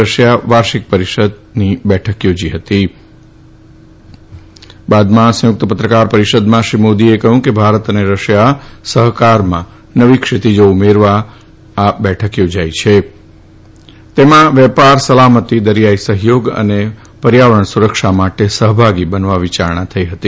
Russia વાર્ષિક પરિષદ યોજી હતી પત્રકાર પરિષદમાં શ્રી મોદીએ કહ્યું કે ભારતરશિયા સહકારમાં નવી ક્ષીતીજા ઉમેરવા આ બેઠક યોજાઈ છે તેમાં વેપાર સલામતિ દરિયાઈ સહયોગ અને પર્યાવરણ સુરક્ષા માટે સહભાગી બનવા વિચારણા થઈ હતી